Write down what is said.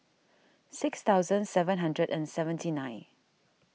six thousand seven hundred and seventy nine